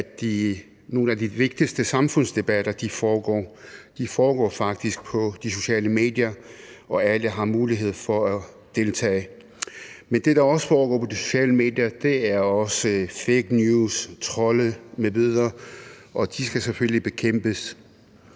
nogle af de vigtigste samfundsdebatter foregår. De foregår faktisk på de sociale medier, og alle har mulighed for at deltage. Men det, der også foregår på de sociale medier, er fake news, trolls m.v., og de skal selvfølgelig bekæmpes.